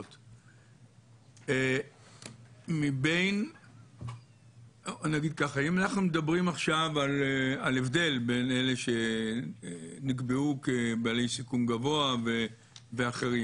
אם אנחנו מדברים עכשיו על הבדל בין אלה שנקבעו כבעלי סיכון גבוה ואחרים,